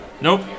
Nope